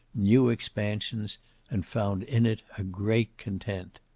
new expansions and found in it a great content.